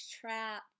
trapped